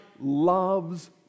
loves